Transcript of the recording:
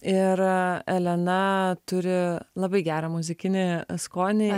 ir elena turi labai gerą muzikinį skonį